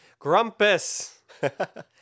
Grumpus